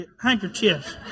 handkerchiefs